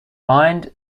mind